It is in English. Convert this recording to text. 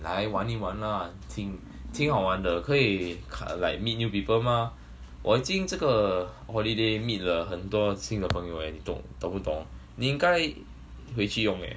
来玩一玩 lah 挺挺好玩的可以看 like meet new people mah 我今这个 holiday meet 了很多新的朋友 eh 你懂不懂你应该回去用 eh